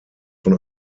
von